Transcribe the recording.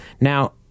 Now